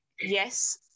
yes